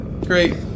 great